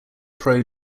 pro